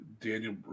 daniel